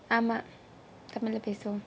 ஆமா:aamaa